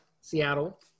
Seattle